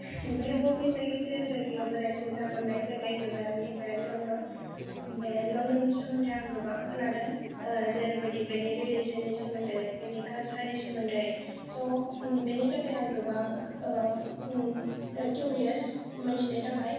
बे बुहुमनि जायखिजाया जायगायाव बेरायनो मोजां मोननाय जायगायानो जाबाय आंनि लनडन बे लनडननि सोमोनदो आं गोबां खोनादों जेरैबायदि बेनि रिलेशननि सामोनदोयै बेनि कालचारनि सोमोनदोयै स' बेनि थाखाय आं गोबां क्युरियस मिन्थिनो थाखाय